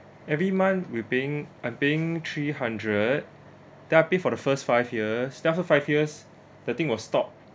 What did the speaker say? every month we paying I'm paying three hundred then I pay for the for the first five years then after five years the thing will stop